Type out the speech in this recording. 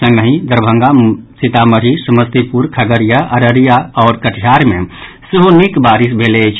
संगहि दरभंगा सीतामढ़ी समस्तीपुर खगड़िया अररिया आओर कटिहार मे सेहो निक बारिश भेल अछि